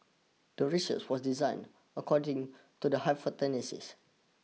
the research was designed according to the hypothesis